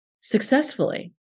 successfully